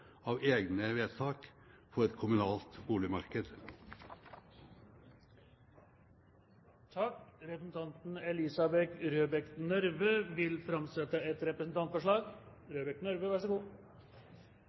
av egne vedtak på et lokalt boligmarked. Representanten Elisabeth Røbekk Nørve vil framsette et representantforslag.